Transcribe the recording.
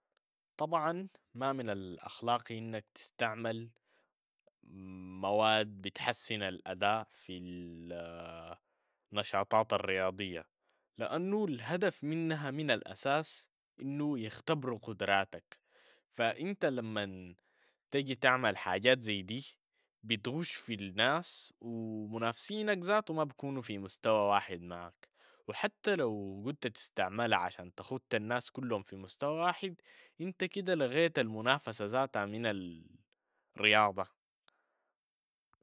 طبعا ما من الأخلاقي أنك تستعمل مواد بتحسن الأداء في ال- نشاطات الرياضية، لأنو الهدف منها من الأساس أنو يختبوار قدراتك، فإنت لما تجي تعمل حاجات زي دي بتغش في الناس و منافسينك ذاتو و ما بكونوا في مستوى واحد معاك و حتى لو قلت تستعملها عشان تخت الناس كلهم في مستوى واحد انت كده لغيت المنافسة ذاتها من الرياضة.